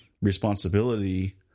responsibility